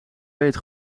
weet